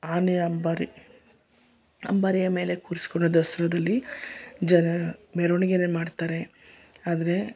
ಆನೆಯ ಅಂಬಾರಿ ಅಂಬಾರಿಯ ಮೇಲೆ ಕೂರ್ಸ್ಕೊಳ್ಳೋದು ದಸರಾದಲ್ಲಿ ಜನ ಮೆರವಣಿಗೆಯೇ ಮಾಡ್ತಾರೆ ಆದರೆ